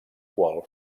qual